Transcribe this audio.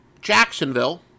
Jacksonville